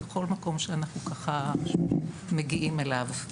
בכל מקום שאנחנו מגיעים אליו.